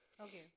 Okay